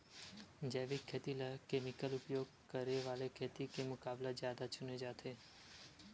जैविक खेती ला केमिकल उपयोग करे वाले खेती के मुकाबला ज्यादा चुने जाते